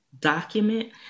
Document